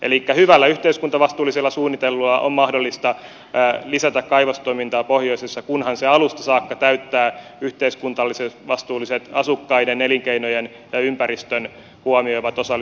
elikkä hyvällä yhteiskuntavastuullisella suunnittelulla on mahdollista lisätä kaivostoimintaa pohjoisessa kunhan se alusta saakka täyttää yhteiskuntavastuulliset asukkaat elinkeinot ja ympäristön huomioivat osallisuusprosessit